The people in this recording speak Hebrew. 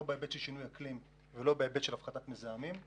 לא בהיבט של שינוי אקלים ולא בהיבט של הפחתת מזהמים.